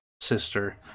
sister